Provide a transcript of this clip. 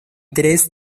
tres